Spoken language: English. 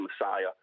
Messiah